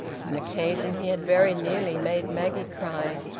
on occasion he had very nearly made maggie cry,